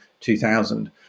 2000